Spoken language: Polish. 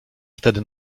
wtedy